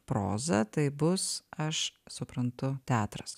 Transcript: proza taip bus aš suprantu teatras